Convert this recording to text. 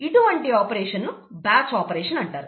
ఇటువంటి ఆపరేషన్ ను batch operation అంటారు